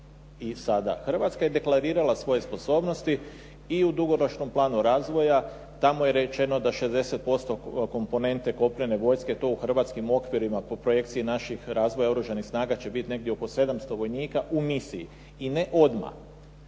Hrvatska je deklarirala svoje sposobnosti i u dugoročnom planu razvoja, tamo je rečeno da 60% komponente kopnene vojske to u hrvatskim okvirima po projekciji naših razvoja oružanih snaga će biti negdje oko 700 vojnika u misiji i ne odmah.